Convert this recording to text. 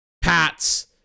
Pats